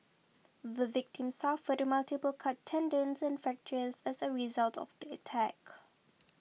the victim suffered multiple cut tendons and fractures as a result of the attack